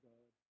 God